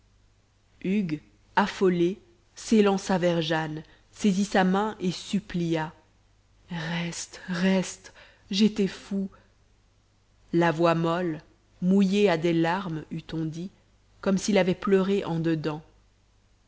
hugues affolé s'élança vers jane saisit sa main et supplia reste reste j'étais fou la voix molle mouillée à des larmes eût on dit comme s'il avait pleuré en dedans